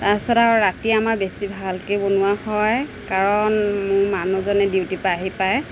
তাৰপিছত আৰু ৰাতি আমাৰ বেছি ভালকৈয়ে বনোৱা হয় কাৰণ মোৰ মানুহজনে ডিউটিপৰা আহি পাই